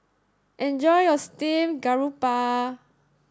enjoy your Steamed Garoupa